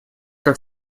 как